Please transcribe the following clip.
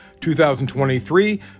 2023